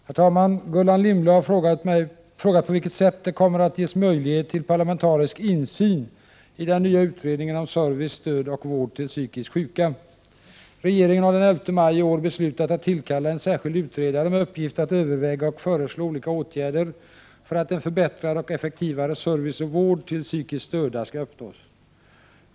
Herr talman! Gullan Lindblad har frågat på vilket sätt det kommer att ges möjlighet till parlamentarisk insyn i den nya utredningen om service, stöd och vård till psykiskt sjuka. Regeringen har den 11 maj i år beslutat att tillkalla en särskild utredare med uppgift att överväga och föreslå olika åtgärder för att en förbättrad och effektivare service och vård till psykiskt störda skall uppnås.